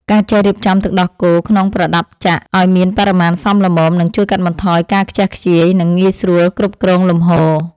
ការចេះរៀបចំទឹកដោះគោក្នុងប្រដាប់ចាក់ឱ្យមានបរិមាណសមល្មម នឹងជួយកាត់បន្ថយការខ្ជះខ្ជាយ និងងាយស្រួលគ្រប់គ្រងលំហូរ។